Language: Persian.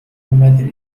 واومدین